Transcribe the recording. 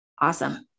Awesome